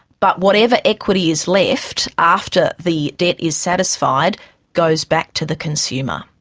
but whatever equity is left after the debt is satisfied goes back to the consumer.